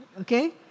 Okay